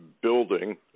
building